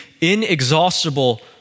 inexhaustible